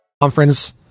Conference